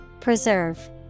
Preserve